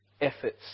Efforts